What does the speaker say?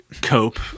cope